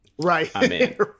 right